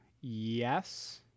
Yes